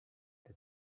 the